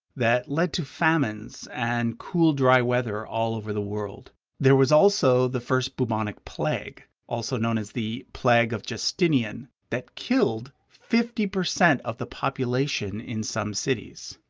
that led to famines and cool, dry weather all over the world. there was also the first bubonic plague, also known as the plague of justinian, that killed fifty percent of the population in some cities.